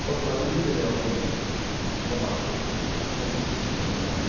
course लानायनि बेलायाव जोङो कमार्सखौबो खाथियावनो मोननो हादों